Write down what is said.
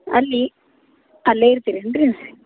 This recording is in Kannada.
ಅಲ್ಲಿ ಅಲ್ಲೆ ಇರ್ತಿರಾ ಏನು ರೀ